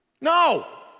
No